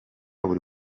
buri